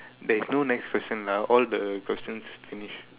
there is no next question lah all the questions finished